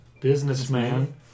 businessman